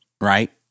right